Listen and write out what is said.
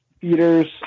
feeders